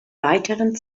weiteren